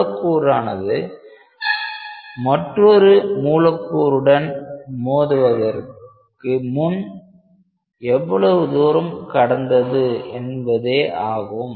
மூலக்கூறானது மற்றும் உடன் மோதுவதற்கு முன் எவ்வளவு தூரம் கடந்தது என்பதே ஆகும்